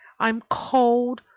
i'm cold,